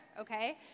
okay